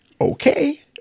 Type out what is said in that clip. Okay